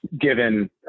given